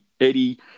Eddie